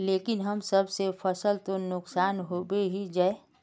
लेकिन हम सब के फ़सल तो नुकसान होबे ही जाय?